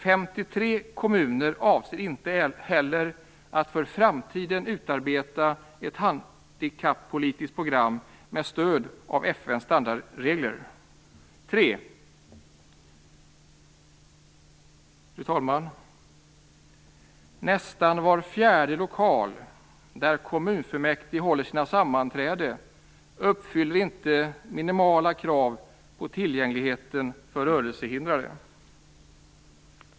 53 kommuner avser inte heller att för framtiden utarbeta ett handikappolitiskt program med stöd av FN:s standardregler. 3. Nästan var fjärde lokal där kommunfullmäktige håller sina sammanträden uppfyller inte minimala krav på tillgängligheten för rörelsehindrade.